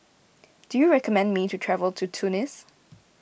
do you recommend me to travel to Tunis